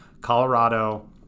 Colorado